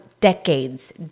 Decades